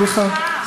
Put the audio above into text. סליחה,